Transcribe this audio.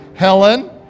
Helen